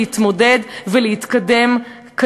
להתמודד ולהתקדם.